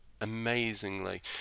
amazingly